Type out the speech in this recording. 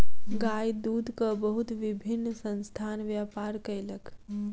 गाय दूधक बहुत विभिन्न संस्थान व्यापार कयलक